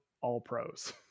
All-Pros